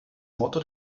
motto